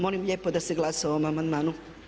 Molim lijepo da se glasa o ovom amandmanu.